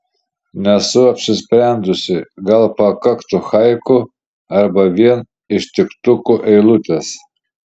nesu apsisprendusi gal pakaktų haiku arba vien ištiktukų eilutės